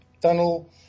tunnel